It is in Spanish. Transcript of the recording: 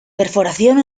perforación